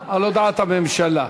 להצבעה על הודעת הממשלה.